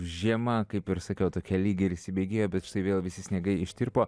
žiema kaip ir sakiau tokia lyg ir įsibėgėjo bet štai vėl visi sniegai ištirpo